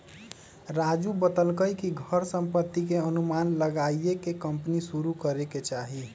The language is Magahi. राजू बतलकई कि घर संपत्ति के अनुमान लगाईये के कम्पनी शुरू करे के चाहि